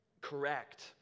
correct